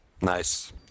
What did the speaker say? Nice